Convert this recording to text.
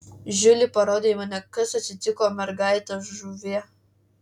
žiuli ir parodė į mane kas atsitiko mergaite žuvie